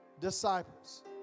disciples